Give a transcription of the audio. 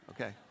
Okay